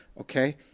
okay